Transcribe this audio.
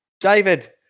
David